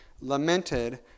lamented